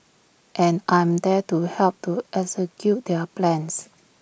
and I am there to help to execute their plans